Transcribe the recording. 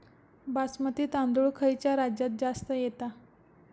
बासमती तांदूळ खयच्या राज्यात जास्त येता?